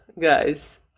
guys